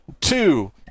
two